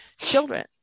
children